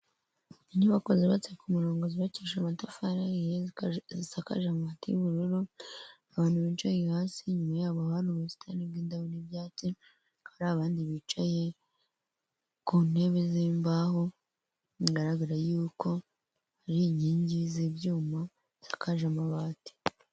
Inyubako zubatse ku murongo zubakishije amatafa ahiye, zisakaje amabati y'ubururu, abantu bicaye hasi inyuma yabo hari ubusitani bw'indabo n'ibyatsi, hari abandi bicaye ku ntebe zimbaho, bigaraga yuko hari inkingi z'ibyuma zisakaje amabati.